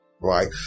Right